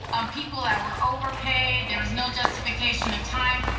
people that were overpaid. there was no justification of time.